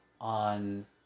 on